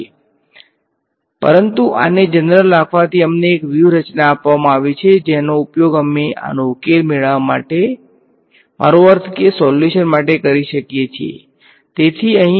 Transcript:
તેથી પરંતુ આને જનરલ રાખવાથી અમને એક વ્યૂહરચના આપવામાં આવી છે જેનો ઉપયોગ અમે આનો ઉકેલ મેળવવા માટે મારો અર્થ છે કે સોલ્યુશન માટે કરી શકીએ છીએ